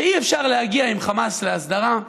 שאי-אפשר להגיע עם חמאס להסדרה.